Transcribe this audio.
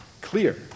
clear